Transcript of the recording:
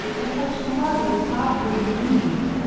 with such lovely soft green leaves,